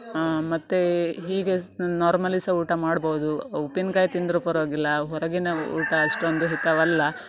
ಮತ್ತು ಹೀಗೆ ಸ್ ನಾರ್ಮಲಿ ಸಹ ಊಟ ಮಾಡ್ಬೋದು ಉಪ್ಪಿನ್ಕಾಯಿ ತಿಂದ್ರೂ ಪರವಾಗಿಲ್ಲ ಹೊರಗಿನ ಊಟ ಅಷ್ಟೊಂದು ಹಿತವಲ್ಲ